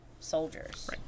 Soldiers